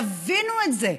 תבינו את זה,